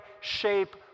shape